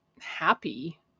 happy